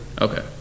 Okay